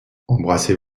embrassez